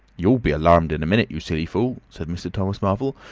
you'll be alarmed in a minute, you silly fool, said mr. thomas marvel.